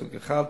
סוג 1,